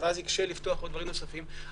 ואז יקשה לפתוח דברים נוספים.